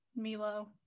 Milo